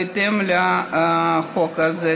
בהתאם לחומרתן.